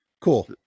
cool